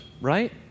right